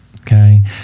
Okay